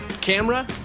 camera